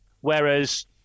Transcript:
whereas